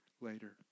later